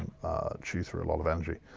chew through a lot of energy.